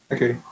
Okay